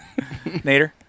Nader